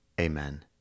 Amen